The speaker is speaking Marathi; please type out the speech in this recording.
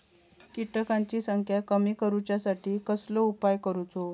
किटकांची संख्या कमी करुच्यासाठी कसलो उपाय करूचो?